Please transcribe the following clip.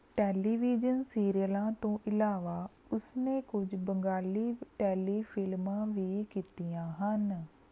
television ਸੀਰੀਅਲਾਂ ਤੋਂ ਇਲਾਵਾ ਉਸਨੇ ਕੁਝ ਬੰਗਾਲੀ ਟੈਲੀ ਫਿਲਮਾਂ ਵੀ ਕੀਤੀਆਂ ਹਨ